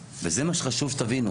זה מה שחשוב שתבינו.